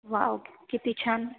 wow किती छान